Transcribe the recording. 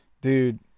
dude